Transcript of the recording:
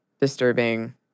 disturbing